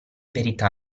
verità